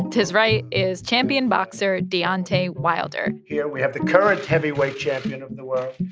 his right is champion boxer deontay wilder here we have the current heavyweight champion of the world,